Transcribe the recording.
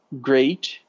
great